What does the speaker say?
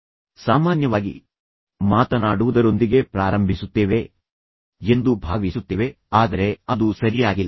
ನಾವು ಸಾಮಾನ್ಯವಾಗಿ ಮಾತನಾಡುವುದರೊಂದಿಗೆ ಪ್ರಾರಂಭಿಸುತ್ತೇವೆ ಎಂದು ಭಾವಿಸುತ್ತೇವೆ ಆದರೆ ಅದು ಸರಿಯಾಗಿಲ್ಲ